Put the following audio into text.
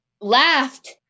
laughed